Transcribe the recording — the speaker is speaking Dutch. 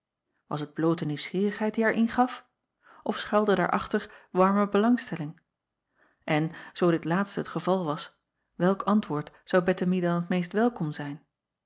as het bloote nieuwsgierigheid die haar ingaf of schuilde daarachter warme belangstelling n zoo dit laatste het geval was welk antwoord zou ettemie dan t meeste welkom zijn